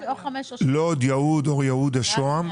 לוד, יהוד, אור יהודה, שוהם